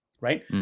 right